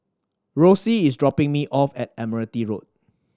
Rosie is dropping me off at Admiralty Road